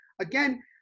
again